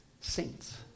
saints